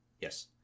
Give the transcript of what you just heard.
Yes